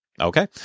Okay